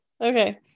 Okay